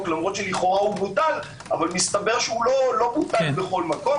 למרות שלכאורה בוטל אך מסתבר שהוא לא בוטל בכל מקום.